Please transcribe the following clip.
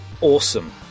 Awesome